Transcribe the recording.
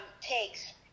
takes